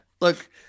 look